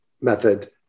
method